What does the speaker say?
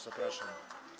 Zapraszam.